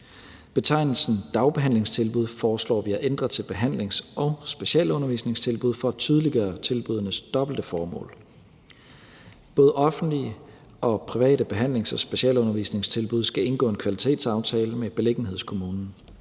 Betegnelsen dagbehandlingstilbud foreslår vi at ændre til behandlings- og specialundervisningstilbud for at tydeliggøre tilbuddenes dobbelte formål. Både offentlige og private behandlings- og specialundervisningstilbud skal indgå en kvalitetsaftale med beliggenhedskommunen.